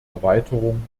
erweiterung